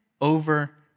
over